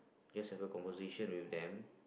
just have a conversation with them